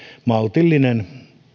maltillinen